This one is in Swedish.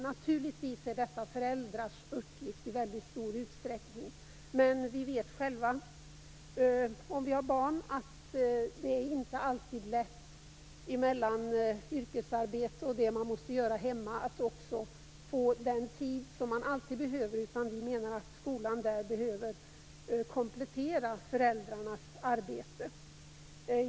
Naturligtvis är detta i mycket stor utsträckning föräldrars uppgift, men vi vet själva om vi har barn att det inte alltid är lätt mellan yrkesarbete och det man måste göra hemma att också få den tid som man alltid behöver. Vi menar att skolan där behöver komplettera föräldrarnas arbete.